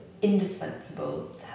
Indispensable